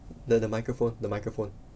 the the microphone the microphone